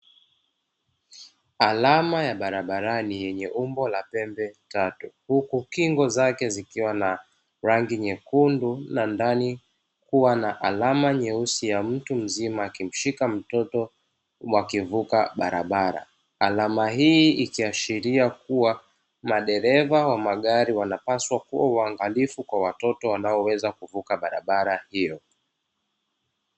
Alama ya barabarani yenye umbo la pembetatu, huku kingo zake zikiwa na rangi nyekundu na ndani kuwa na alama nyeusi ya mtu mzima akimshika mtoto wakivuka barabara. Alama hii ikiashiria kuwa madereva wa magari wanapaswa kuwa waangalifu kwa watoto wanaoweza kuvuka barabara hiyo.